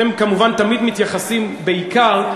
אתם כמובן תמיד מתייחסים בעיקר,